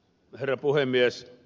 herra puhemies